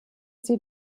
sie